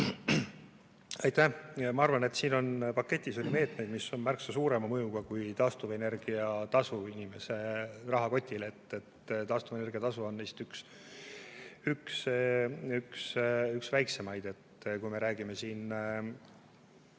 Aitäh! Ma arvan, et siin paketis on meetmeid, mis on märksa suurema mõjuga kui taastuvenergiatasu mõju inimese rahakotile. Taastuvenergiatasu on neist üks väiksemaid. Kui me räägime näiteks